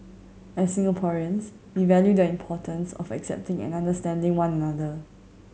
as Singaporeans we value the importance of accepting and understanding one another